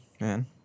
man